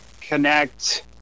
connect